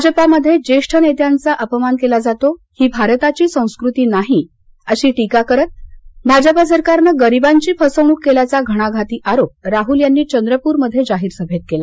भाजपामध्ये ज्येष्ठ नेत्यांचा अपमान केला जातो ही भारताची संस्कृती नाही अशी टीका करत भाजपा सरकारनं गरिबांची फसवणूक केल्याचा घणाघाती आरोप राहुल गांधी यांनी चंद्रपूरमध्ये जाहीर सभेत केला